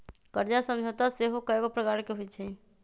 कर्जा समझौता सेहो कयगो प्रकार के होइ छइ